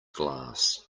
glass